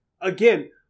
Again